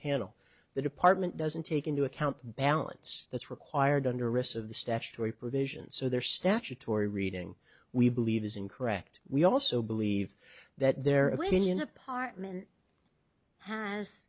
panel the department doesn't take into account balance that's required under risks of the statutory provisions so there statutory reading we believe is incorrect we also believe that their opinion apartment has